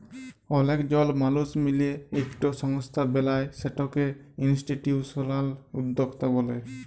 অলেক জল মালুস মিলে ইকট সংস্থা বেলায় সেটকে ইনিসটিটিউসলাল উদ্যকতা ব্যলে